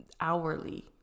hourly